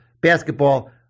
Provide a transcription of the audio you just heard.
basketball